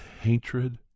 hatred